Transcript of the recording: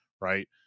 Right